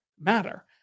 matter